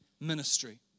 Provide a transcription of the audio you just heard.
ministry